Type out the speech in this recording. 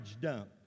dump